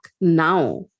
now